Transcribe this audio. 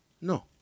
No